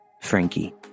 Frankie